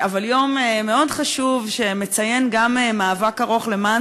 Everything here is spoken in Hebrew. אבל זה יום מאוד חשוב שמציין גם מאבק ארוך למען